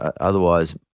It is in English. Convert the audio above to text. otherwise